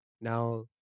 Now